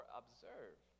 observe